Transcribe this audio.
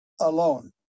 alone